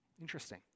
Interesting